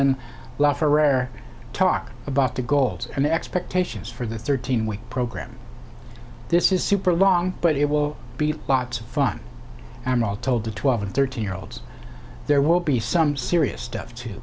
bluffer rare talk about the goals and the expectations for the thirteen week program this is super long but it will be lots of fun and all told the twelve and thirteen year olds there will be some serious stuff to